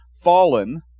fallen